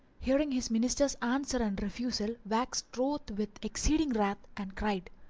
hearing his minister's answer and refusal, waxed wroth with exceeding wrath and cried,